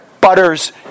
butters